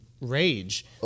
rage